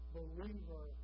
believer